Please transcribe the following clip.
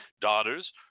daughters